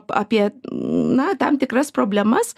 apie na tam tikras problemas